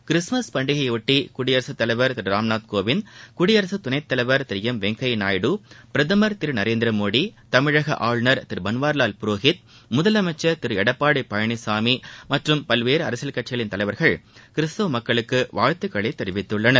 Christmas பண்டிகையை ஒட்டி குடியரசு தலைவர் திரு ராம்நாத் கோவிந்த் குடியரசு துணைத் தலைவர் திரு எம் வெங்கப்ய நாயுடு பிரதமர் திரு நரேந்திர மோடி தமிழக ஆளுநர் திரு பன்வாரிலால் புரோஹித் முதலமைச்சர் திரு எடப்பாடி பழனிசாமி மற்றும் பல்வேறு அரசியல் கட்சிகளின் தலைவர்கள் கிறிஸ்தவ மக்களுக்கு வாழ்த்துக்களை தெரிவித்துள்ளனர்